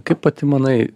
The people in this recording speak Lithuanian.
kaip pati manai